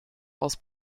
aus